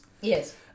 yes